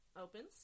opens